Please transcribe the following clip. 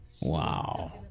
Wow